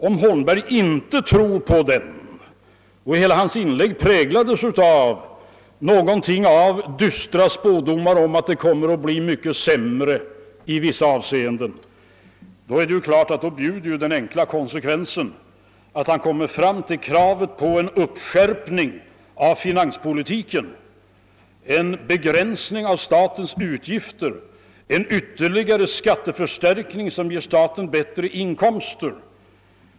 Om herr Holmberg inte tror på den bedömningen — och hela hans inlägg präglades av dystra spådomar om att det kommer att bli sämre i vissa avseenden — bjuder väl den enkla konsekvensen, att han kommer fram till ett krav på en skärpning av finanspolitiken, en begränsning av statens utgifter och en ytterligare skatteförstärkning som ger staten bättre inkomster.